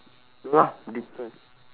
no lah destress